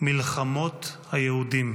מלחמות היהודים.